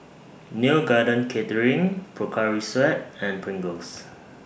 Neo Garden Catering Pocari Sweat and Pringles